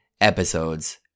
episodes